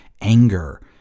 anger